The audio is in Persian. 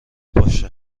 باشه